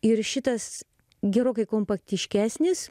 ir šitas gerokai kompaktiškesnis